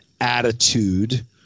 attitude